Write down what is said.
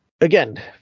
again